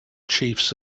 chiefs